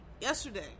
yesterday